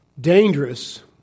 dangerous